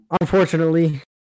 unfortunately